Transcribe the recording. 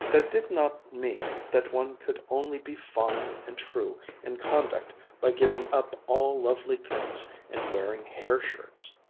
that did not mean that one could only be fine and true in conduct by giving up all lovely things and wearing hair-shirts.